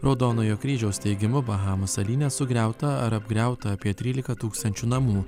raudonojo kryžiaus teigimu bahamų salyne sugriauta ar apgriauta apie trylika tūkstančių namų